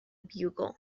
bugle